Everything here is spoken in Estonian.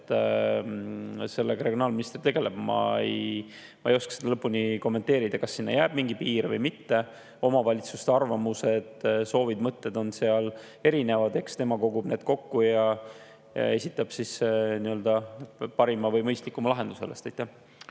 tegeleb regionaalminister. Ma ei oska lõpuni kommenteerida, kas sinna jääb mingi piir või mitte. Omavalitsuste arvamused, soovid ja mõtted on erinevad, eks tema kogub need kokku ja esitab parima või kõige mõistlikuma lahenduse.